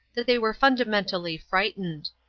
that they were fundamentally frightened.